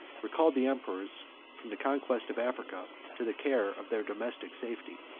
recalled the emperors from the conquest of africa to the care of their domestic safety.